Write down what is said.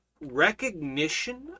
recognition